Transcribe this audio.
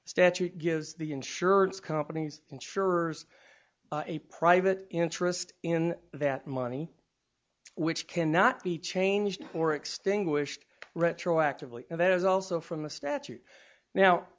statute gives the insurance companies insurers a private interest in that money which cannot be changed or extinguished retroactively and there's also from the statute now